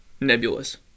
nebulous